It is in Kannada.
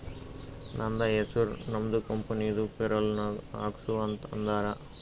ನಂದ ಹೆಸುರ್ ನಮ್ದು ಕಂಪನಿದು ಪೇರೋಲ್ ನಾಗ್ ಹಾಕ್ಸು ಅಂತ್ ಅಂದಾರ